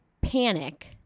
panic